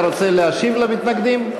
אתה רוצה להשיב למתנגדים?